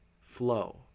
flow